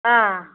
ஆ